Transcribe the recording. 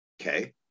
Okay